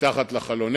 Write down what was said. מתחת לחלון,